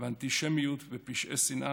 ואנטישמיות ופשעי שנאה